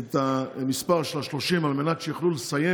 את המספר 30 על מנת שיוכלו לסיים